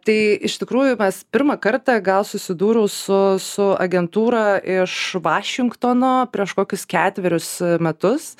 tai iš tikrųjų mes pirmą kartą gal susidūriau su su agentūra iš vašingtono prieš kokius ketverius metus